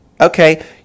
Okay